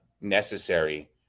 necessary